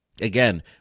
Again